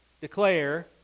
declare